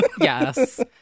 Yes